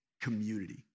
community